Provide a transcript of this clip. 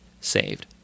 saved